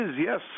yes